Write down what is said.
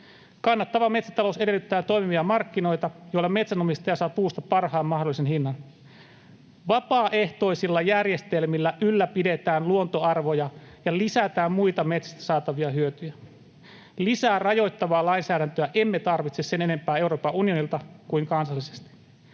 Kannattava metsätalous edellyttää toimivia markkinoita, joilla metsänomistaja saa puusta parhaan mahdollisen hinnan. Vapaaehtoisilla järjestelmillä ylläpidetään luontoarvoja ja lisätään muita metsästä saatavia hyötyjä. Lisää rajoittavaa lainsäädäntöä emme tarvitse sen enempää Euroopan unionilta kuin kansallisesti.